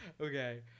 Okay